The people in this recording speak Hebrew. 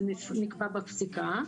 זה נקבע בפסיקה,